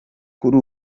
kuri